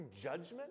judgment